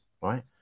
right